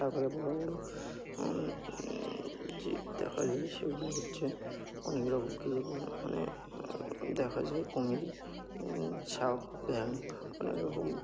তার পরে বড় বড় যে দেখা যায় সেগুলি হচ্ছে অনেক রকম কিছু মানে দেখা যায় কুমির সাপ ব্যাং অনেক রকম